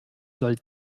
soll